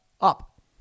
up